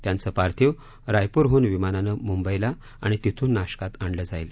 त्यांचं पार्थिव रायपूरहून विमानानं मुंबईला आणि तिथून नाशकात आणलं जाईल